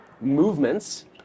movements